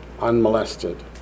unmolested